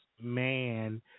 man